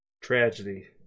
Tragedy